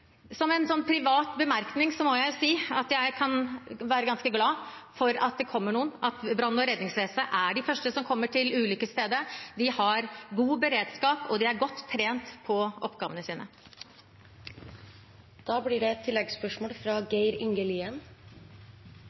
Som en privat bemerkning må jeg si at jeg kan være ganske glad for at det kommer noen, at brann- og redningsvesenet er de første som kommer til ulykkesstedet. De har god beredskap, og de er godt trent på oppgavene sine. Det blir oppfølgingsspørsmål – først Geir Inge Lien.